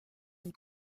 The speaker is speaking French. une